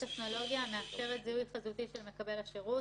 טכנולוגיה המאפשרת זיהוי חזותי של מקבל השירות,